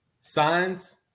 signs